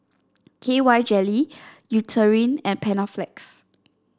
K Y Jelly Eucerin and Panaflex